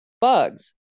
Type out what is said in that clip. bugs